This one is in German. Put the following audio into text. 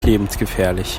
lebensgefährlich